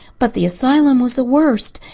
but the asylum was the worst.